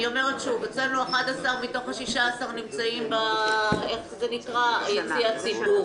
אני אומרת שוב אצלנו 11 מתוך 16 נמצאים ביציע הציבור.